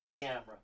camera